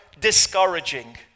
discouraging